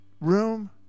room